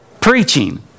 preaching